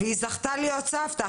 והיא זכתה להיות סבתא.